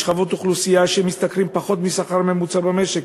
משכבות אוכלוסייה שמשתכרות פחות מהשכר הממוצע במשק,